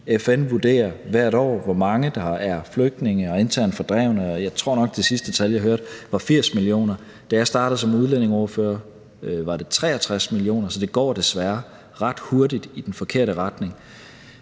FN vurderer hvert år, hvor mange der er flygtninge og internt fordrevne, og jeg tror nok, at det sidste tal, jeg hørte, var 80 millioner. Da jeg startede som udlændingeordfører, var det 63 millioner, så det går desværre ret hurtigt i den forkerte retning.